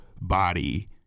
body